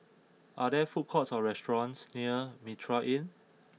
are there food courts or restaurants near Mitraa Inn